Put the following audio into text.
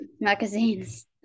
magazines